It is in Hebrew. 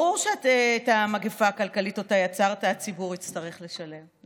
ברור שאת המגפה הכלכלית שאותה יצרת הציבור יצטרך לשלם,